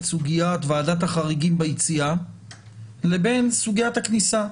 סוגיית ועדת החריגים ביציאה לבין סוגיית הכניסה.